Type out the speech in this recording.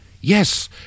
yes